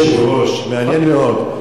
היושב-ראש, מעניין מאוד.